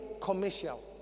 commercial